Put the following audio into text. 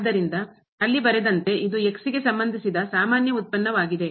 ಆದ್ದರಿಂದ ಅಲ್ಲಿ ಬರೆದಂತೆ ಇದು ಗೆ ಸಂಬಂಧಿಸಿದ ಸಾಮಾನ್ಯ ಉತ್ಪನ್ನವಾಗಿದೆ